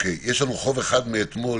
יש לנו חוב אחד מאתמול,